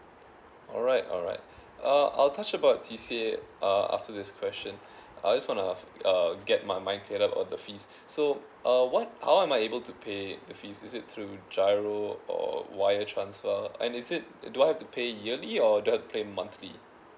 alright alright uh I'll touch about C_C_A uh after this question uh I just want to have uh get my mind clear up on the fees so uh what how am I able to pay the fees is it through G_I_R_O or via transfer and is it do I have to pay yearly or do I pay monthly